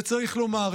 וצריך לומר,